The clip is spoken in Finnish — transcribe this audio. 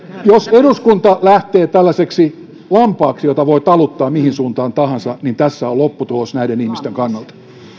jos eduskunta lähtee tällaiseksi lampaaksi jota voi taluttaa mihin suuntaan tahansa niin tässä on lopputulos näiden ihmisten kannalta